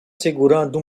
segurando